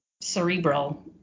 cerebral